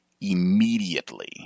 immediately